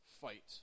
fight